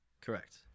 Correct